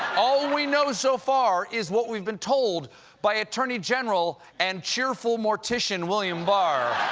all we know so far is what we've been told by attorney general and cheerful mortician, william barr.